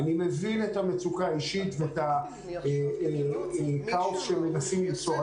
אני מבין את המצוקה האישית ואת הכאוס שמנסים ליצור.